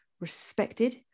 respected